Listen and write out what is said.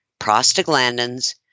prostaglandins